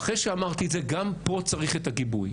ואחרי שאמרתי את זה, גם פה צריך את הגיבוי.